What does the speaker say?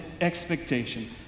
expectation